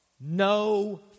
No